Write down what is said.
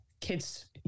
kids